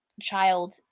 child